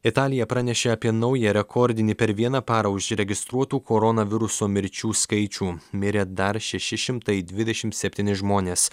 italija pranešė apie naują rekordinį per vieną parą užregistruotų koronaviruso mirčių skaičių mirė dar šeši šimtai dvidešim septyni žmonės